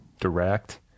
direct